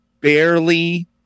barely